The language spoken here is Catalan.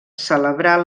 celebrar